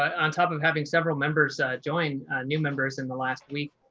on top of having several members join new members in the last week.